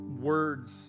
words